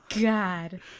God